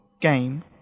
game